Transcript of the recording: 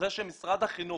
זה שמשרד החינוך